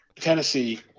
Tennessee